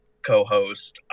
co-host